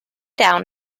down